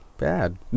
bad